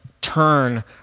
turn